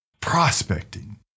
Prospecting